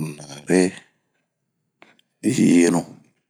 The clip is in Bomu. nare, yenu...